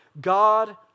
God